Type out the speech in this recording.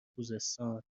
خوزستان